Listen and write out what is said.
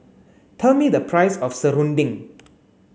tell me the price of serunding